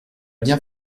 bien